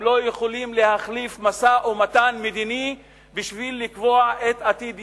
הם לא יכולים להחליף משא-ומתן מדיני בשביל לקבוע את עתיד ירושלים.